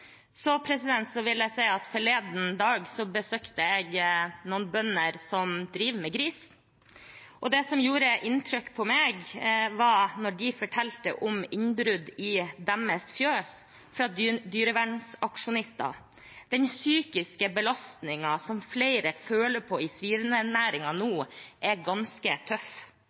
dag besøkte jeg noen bønder som driver med gris. Det som gjorde inntrykk på meg, var da de fortalte om innbrudd i sine fjøs fra dyrevernsaksjonister. Den psykiske belastningen som flere nå føler på i svinenæringen, er ganske tøff.